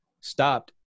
stopped